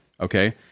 okay